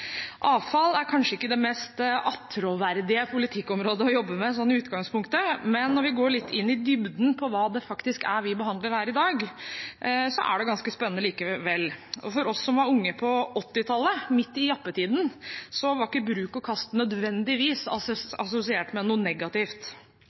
Avfall er kanskje ikke det mest attråverdige politikkområdet å jobbe med i utgangspunktet, men når vi går litt i dybden av hva det faktisk er vi behandler her i dag, er det ganske spennende likevel. For oss som var unge på 1980-tallet, midt i jappetiden, var ikke bruk og kast nødvendigvis